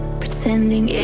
pretending